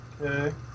Okay